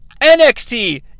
NXT